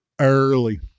Early